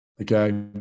Okay